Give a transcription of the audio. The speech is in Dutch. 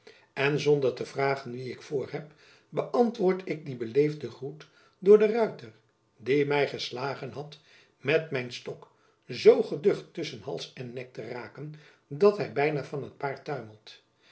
en zonder te vragen wien ik voor heb beantwoord ik die beleefde groet door den ruiter die my geslagen had met mijn stok zoo geducht tusschen hals en nek te raken dat hy byna van t paard tuimelt